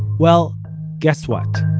well guess what?